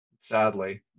sadly